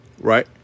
Right